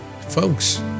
Folks